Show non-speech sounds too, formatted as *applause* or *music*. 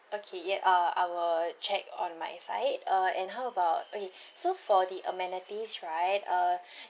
okay ya uh I will check on my side uh and how about okay *breath* so for the amenities right uh *breath*